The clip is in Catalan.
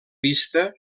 vista